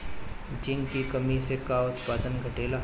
Zinc की कमी से का उत्पादन घटेला?